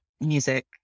music